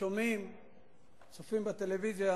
שומעים וצופים בטלוויזיה